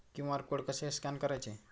QR code कसे scan करायचे?